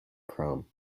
chrome